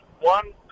one